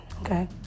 Okay